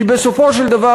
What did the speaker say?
כי בסופו של דבר,